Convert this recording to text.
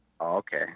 Okay